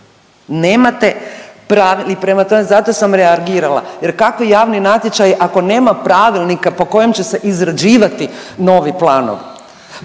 nemate i prema tome zato sam reagirala jer kakvi javni natječaj ako nema pravilnika po kojem će se izrađivati novi planovi.